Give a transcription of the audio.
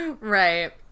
right